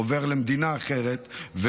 עובר למדינה אחרת,